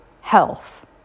health